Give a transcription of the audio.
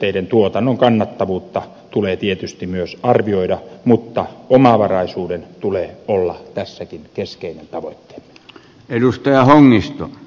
biopolttonesteiden tuotannon kannattavuutta tulee tietysti myös arvioida mutta omavaraisuuden tulee olla tässäkin keskeinen tavoitteemme